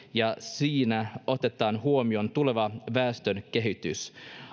ja siinä otetaan huomioon tuleva väestön kehitys